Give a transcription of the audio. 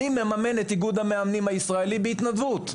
אני מממן את איגוד המאמנים הישראלי בהתנדבות.